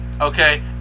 Okay